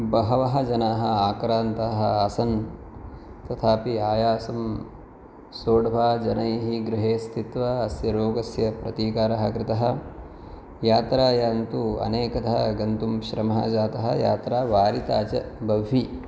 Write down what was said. बहवः जनाः आक्रान्ताः आसन तथापि आयासं सोढ्वा जनैः गृहे स्थित्वा अस्य रोगस्य प्रतीकारः कृतः यात्रायान्तु अनेकधा गन्तुं श्रमः जातः यात्रा वारिता च बह्वी